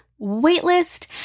Waitlist